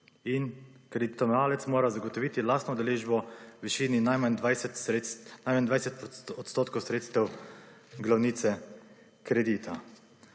in kreditojemalec mora zagotoviti lastno udeležbo v višini najmanj 20 % sredstev glavnice kredita.